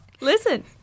Listen